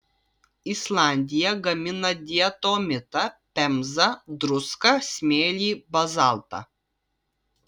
islandija gamina diatomitą pemzą druską smėlį bazaltą